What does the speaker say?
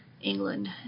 England